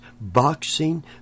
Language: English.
boxing